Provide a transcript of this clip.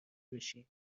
بشین